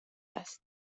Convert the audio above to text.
است